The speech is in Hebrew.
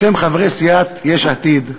אתם, חברי סיעת יש עתיד,